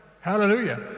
Hallelujah